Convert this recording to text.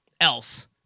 else